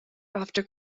after